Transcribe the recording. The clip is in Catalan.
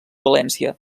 valència